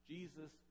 Jesus